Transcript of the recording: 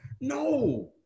No